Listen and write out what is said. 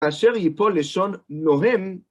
כאשר יפול לשון נוהם.